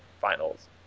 finals